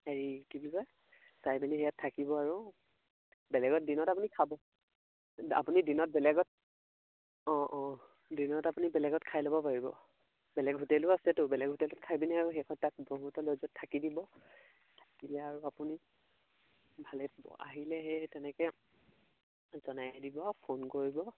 হেৰি কি বুলি কয় চাই পিনি সেয়াত থাকিব আৰু বেলেগত দিনত আপুনি খাব আপুনি দিনত বেলেগত অঁ অঁ দিনত আপুনি বেলেগত খাই ল'ব পাৰিব বেলেগ হোটেলো আছেতো বেলেগ হোটেলত খাই পিনে আৰু শেষত আপুনি ব্ৰহ্মপুত্ৰ ল'জত থাকি দিব থাকিলে আৰু আপুনি ভালে আহিলে সেই তেনেকে জনাই দিব ফোন কৰিব